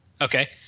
Okay